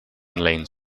lane